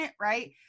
right